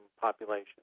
population